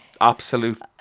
absolute